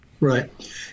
Right